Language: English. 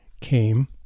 came